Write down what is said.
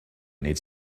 needs